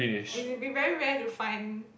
it will be very rare to find